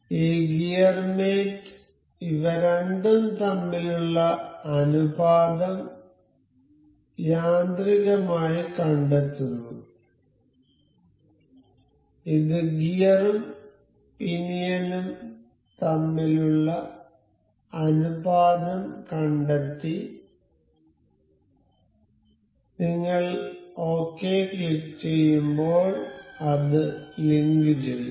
ഈ gear mate ഇവ രണ്ടും തമ്മിലുള്ള അനുപാതം യാന്ത്രികമായി കണ്ടെത്തുന്നു ഇത് ഗിയറും പിനിയനും തമ്മിലുള്ള അനുപാതം കണ്ടെത്തി നിങ്ങൾ ഒകെ ക്ലിക്കുചെയ്യുമ്പോൾ അത് ലിങ്കുചെയ്യും